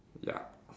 ya